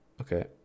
okay